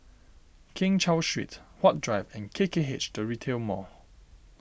Keng Cheow Street Huat Drive and K K H the Retail Mall